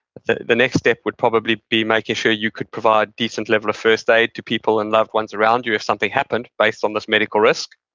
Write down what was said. the the next step would probably be making sure you could provide a decent level of first aid to people and loved ones around you if something happened based on this medical risk.